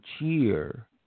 cheer